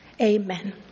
amen